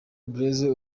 blaise